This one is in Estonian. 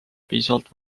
piisavalt